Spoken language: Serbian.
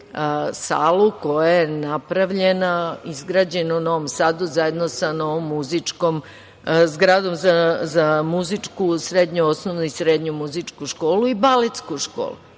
salu koja je napravljena, izgrađena u Novom sadu zajedno sa novom zgradom za muzičku, srednju osnovnu i srednju muzičku, školu i baletsku školu. Pa